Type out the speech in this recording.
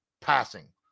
passing